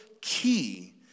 key